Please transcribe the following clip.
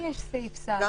גם כאן יש סעיף סל,